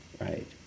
right